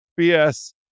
BS